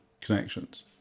connections